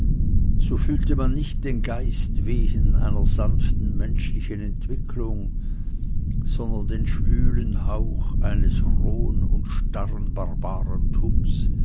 so fühlte man nicht den geist wehen einer sanften menschlichen entwicklung sondern den schwülen hauch eines rohen und